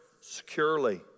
Securely